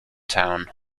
town